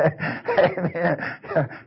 Amen